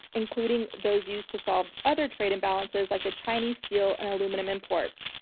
including those used to solve other trade imbalances like the chinese steel and aluminum imports.